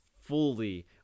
fully